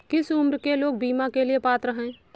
किस उम्र के लोग बीमा के लिए पात्र हैं?